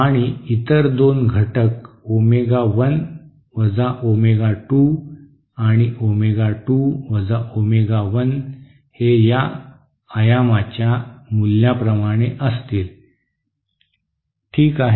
आणि इतर दोन घटक ओमेगा 1 ओमेगा 2 आणि ओमेगा 2 ओमेगा 1 हे या आयामाच्या मूल्याप्रमाणे असतील ठीक आहे